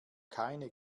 keine